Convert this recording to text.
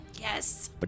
Yes